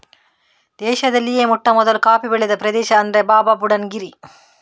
ದೇಶದಲ್ಲಿಯೇ ಮೊಟ್ಟಮೊದಲು ಕಾಫಿ ಬೆಳೆದ ಪ್ರದೇಶ ಅಂದ್ರೆ ಬಾಬಾಬುಡನ್ ಗಿರಿ